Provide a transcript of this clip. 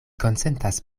konsentas